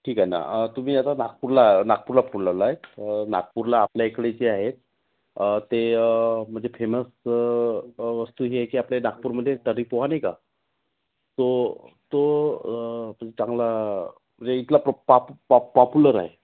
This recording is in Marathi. ठीक आहे ना तुम्ही आता नागपूरला नागपूरला फोन लावला आहे नागपूरला आपल्या इकडे जे आहेत ते म्हणजे फेमस वस्तू ही आहे की आपल्या नागपूरमध्ये तर्री पोहा नाही का तो तो चांगला म्हणजे इथला प्र पापु पाप पॉपुलर आहे